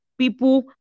People